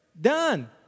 done